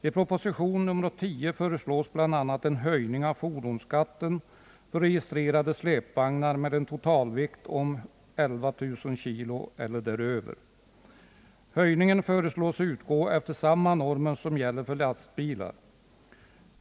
I proposition nr 10 föreslås bl.a. en höjning av fordonsskatten för registrerade släpvagnar med en totalvikt om 11 000 kg eller däröver. Höjningen föreslås utgå efter samma normer som gäller för lastbilar.